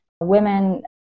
women